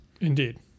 Indeed